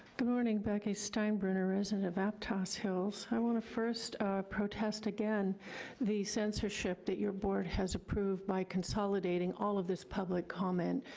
good morning. becky steinburner, resident of aptos hills. i wanna first protest again the censorship that your board has approved by consolidating all of this public comment,